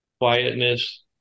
quietness